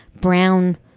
brown